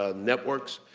ah networks,